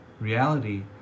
Reality